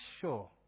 sure